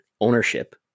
ownership